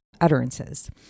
utterances